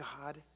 God